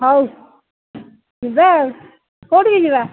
ହଉ ଯିବା କୋଉଠିକି ଯିବା